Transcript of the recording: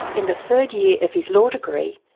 in the third year of his law degree,